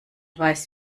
weiß